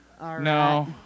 No